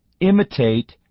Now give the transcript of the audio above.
imitate